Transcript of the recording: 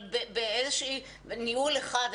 אבל באיזשהו ניהול אחד.